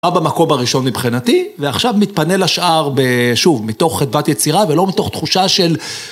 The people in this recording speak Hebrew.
במקום הראשון מבחינתי ועכשיו מתפנה לשאר ב.. שוב מתוך חדוות יצירה ולא מתוך תחושה של